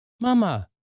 mama